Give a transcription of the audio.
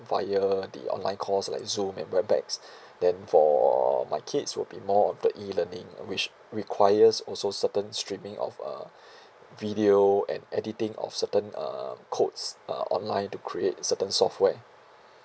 fire the online course like zoom and then for my kids will be more of the e learning which requires also certain streaming of a video and editing of certain uh codes uh online to create certain software